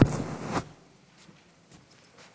אדוני היושב-ראש,